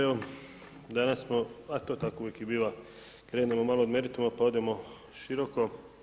Evo danas smo, a to tako uvijek i biva krenuli malo od merituma, pa odemo široko.